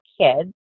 kids